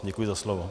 Děkuji za slovo.